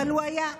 אבל הוא היה.